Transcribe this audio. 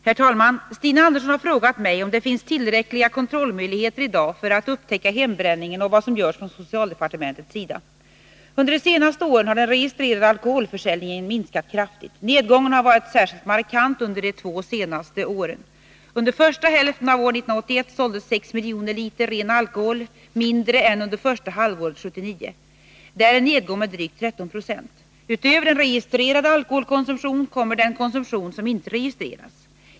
Herr talman! Stina Andersson har frågat mig om det finns tillräckliga kontrollmöjligheter i dag för att upptäcka hembränningen och vad som görs från socialdepartementets sida. Under de senaste åren har den registrerade alkoholförsäljningen minskat kraftigt. Nedgången har varit särskilt markant under de två senaste åren. Under första hälften av år 1981 såldes 6 miljoner liter ren alkohol mindre än under första halvåret 1979. Det är en nedgång med drygt 13 96. Utöver denna registrerade alkoholkonsumtion kommer den konsumtion som inte registreras.